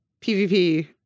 PvP